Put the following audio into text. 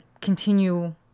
continue